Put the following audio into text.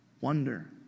wonder